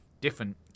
different